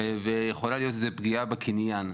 יכולה להיות לזה פגיעה בקניין,